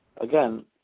Again